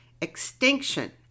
Extinction